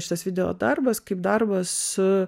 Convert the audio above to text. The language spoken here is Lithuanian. šitas video darbas kaip darbas su